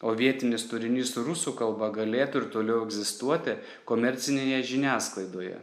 o vietinis turinys rusų kalba galėtų ir toliau egzistuoti komercinėje žiniasklaidoje